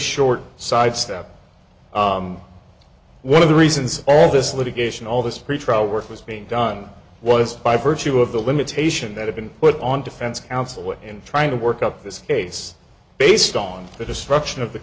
short sidestep one of the reasons all this litigation all this pretrial work was being done was by virtue of the limitation that have been put on defense counsel in trying to work up this case based on the destruction of the